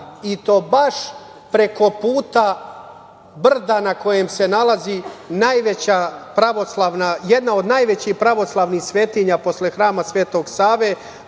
i to baš preko puta brda na kojem se nalazi jedna od najvećih pravoslavnih svetinja, posle Hrama Svetog Save,